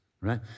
right